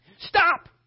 Stop